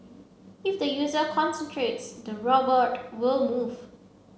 if the user concentrates the robot will move